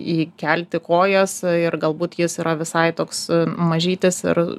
įkelti kojas ir galbūt jis yra visai toks mažytis ir